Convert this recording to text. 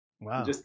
Wow